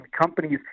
companies